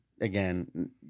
again